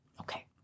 Okay